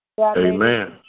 Amen